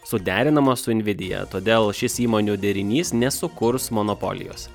suderinama su envidija todėl šis įmonių derinys nesukurs monopolijos